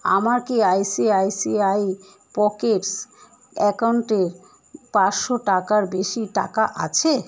আমার কি ICICI Pockets অ্যাকাউন্টে পাঁচশো টাকার বেশি টাকা আছে